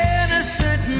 innocent